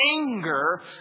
anger